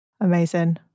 Amazing